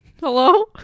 Hello